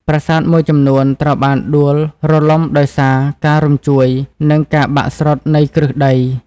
ប្រាសាទមួយចំនួនត្រូវបានដួលរលំដោយសារការរញ្ជួយ និងការបាក់ស្រុតនៃគ្រឹះដី។